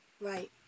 Right